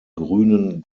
grünen